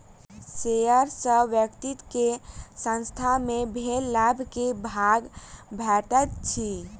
share सॅ व्यक्ति के संसथान मे भेल लाभ के भाग भेटैत अछि